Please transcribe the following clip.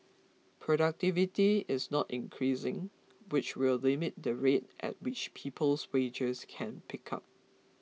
productivity is not increasing which will limit the rate at which people's wages can pick up